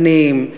עניים,